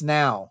now